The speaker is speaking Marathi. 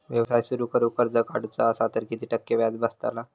व्यवसाय सुरु करूक कर्ज काढूचा असा तर किती टक्के व्याज बसतला?